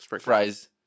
fries